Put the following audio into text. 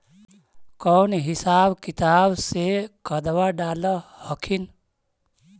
कौन हिसाब किताब से खदबा डाल हखिन?